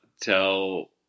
tell